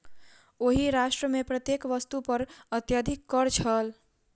ओहि राष्ट्र मे प्रत्येक वस्तु पर अत्यधिक कर छल